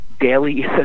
daily